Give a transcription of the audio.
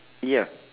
ya